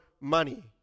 money